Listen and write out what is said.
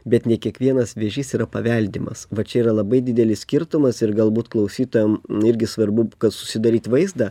bet ne kiekvienas vėžys yra paveldimas va čia yra labai didelis skirtumas ir galbūt klausytojam irgi svarbu kad susidaryt vaizdą